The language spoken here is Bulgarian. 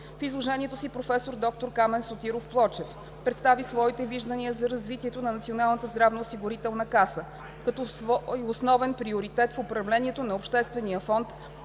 В изложението си професор доктор Камен Сотиров Плочев представи своите виждания за развитието на Националната здравноосигурителна каса. Като свой основен приоритет в управлението на обществения фонд